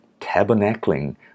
tabernacling